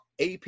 AP